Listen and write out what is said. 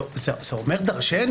זה אומר דרשני.